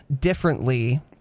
differently